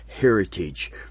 heritage